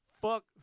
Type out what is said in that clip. Fuck